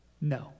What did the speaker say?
No